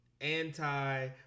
Anti